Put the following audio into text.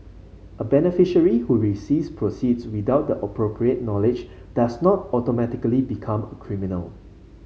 a beneficiary who receives proceeds without the appropriate knowledge does not automatically become a criminal